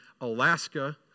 Alaska